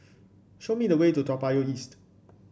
show me the way to Toa Payoh East